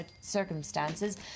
circumstances